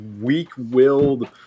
weak-willed